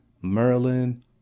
Merlin